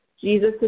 Jesus